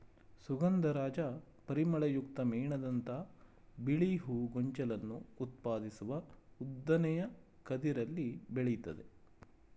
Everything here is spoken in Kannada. ಸುಗಂಧರಾಜ ಪರಿಮಳಯುಕ್ತ ಮೇಣದಂಥ ಬಿಳಿ ಹೂ ಗೊಂಚಲನ್ನು ಉತ್ಪಾದಿಸುವ ಉದ್ದನೆಯ ಕದಿರಲ್ಲಿ ಬೆಳಿತದೆ